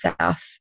south